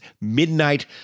Midnight